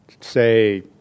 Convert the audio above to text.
say